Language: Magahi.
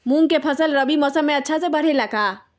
मूंग के फसल रबी मौसम में अच्छा से बढ़ ले का?